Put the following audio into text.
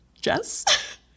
Jess